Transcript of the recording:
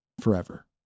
forever